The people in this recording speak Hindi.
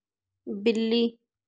बिल्ली